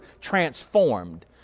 transformed